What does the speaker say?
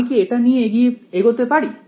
আমি কি এটি নিয়ে এগোতে পারি